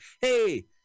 hey